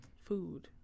Food